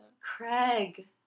Craig